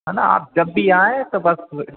है ना आप जब भी आएँ तो बस